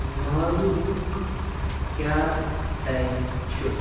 مالوٗہُک کیاہ ٹایم چھُ ؟